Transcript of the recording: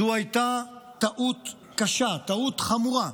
זו הייתה טעות קשה, טעות חמורה,